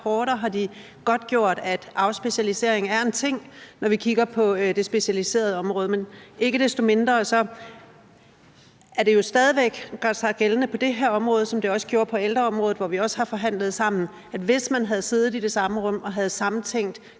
har de godtgjort, at afspecialisering er en ting, når vi kigger på det specialiserede område. Ikke desto mindre gør det sig jo stadig væk gældende på det her område, som det også gjorde på ældreområdet, hvor vi også har forhandlet sammen, at hvis man havde siddet i det samme rum og havde samtænkt